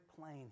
plain